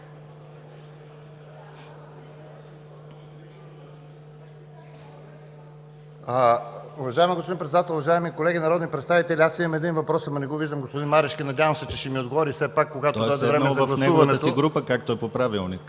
Уважаеми господин Председател, уважаеми колеги народни представители! Имам един въпрос, но не виждам господин Марешки – надявам се, че ще ми отговори все пак, когато дойде време за гласуването.